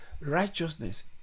righteousness